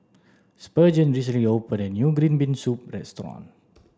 spurgeon recently opened a new green bean soup restaurant